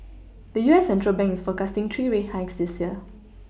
the U S central bank is forecasting three rate hikes this year